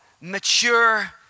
Mature